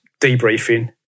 debriefing